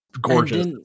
gorgeous